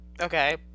Okay